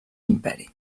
imperi